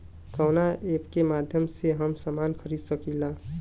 कवना ऐपके माध्यम से हम समान खरीद सकीला?